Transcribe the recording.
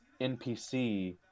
NPC